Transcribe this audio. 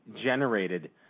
generated